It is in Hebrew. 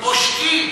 שעושקים,